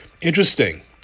Interesting